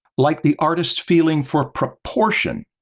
like the artist's feeling for proportion,